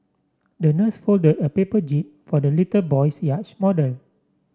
the nurse folded a paper jib for the little boy's yacht model